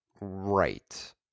Right